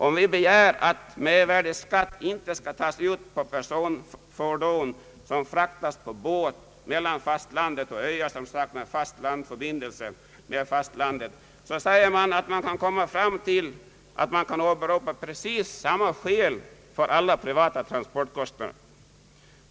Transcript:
Om vi begär att mervärdeskatt inte skall tas ut på personfordon som fraktas på båt mellan fastlandet och öar utan fast landförbindelse med detta, så säger man att man kan åberopa samma skäl för alla privata transportkostnader.